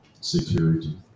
security